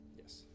Yes